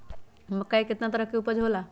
मक्का के कितना तरह के उपज हो ला?